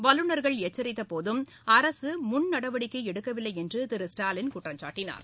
வல்லுர்கள் எச்சித்தபோதும் அரசு முன் நடவடிக்கை எடுக்கவில்லை என்று திரு ஸ்டாலின் குற்றம்சாட்டினார்